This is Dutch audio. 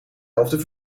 elfde